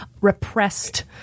repressed